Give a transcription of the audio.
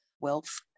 wealth